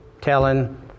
telling